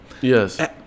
Yes